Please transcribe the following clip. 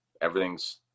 everything's